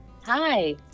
Hi